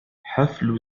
حفل